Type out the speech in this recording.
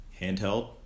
handheld